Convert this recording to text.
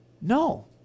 No